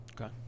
Okay